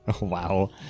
Wow